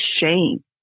shame